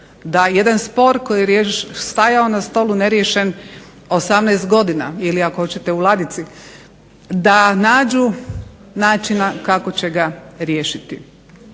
da jedan spor koji je stajao na stolu neriješen 18 godina, ili ako hoćete u ladici da nađu načina kako će ga riješiti